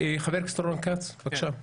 חבר הכנסת רון כץ, בבקשה.